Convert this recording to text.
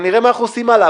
נראה מה אנחנו עושים הלאה,